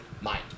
mind